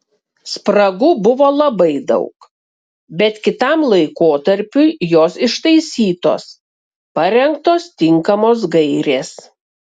spragų buvo labai daug bet kitam laikotarpiui jos ištaisytos parengtos tinkamos gairės